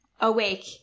awake